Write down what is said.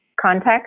context